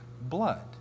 blood